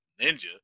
Ninja